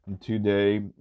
today